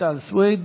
רויטל סויד.